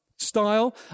style